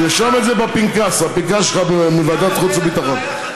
תרשום את זה בפנקס, הפנקס שלך מוועדת חוץ וביטחון.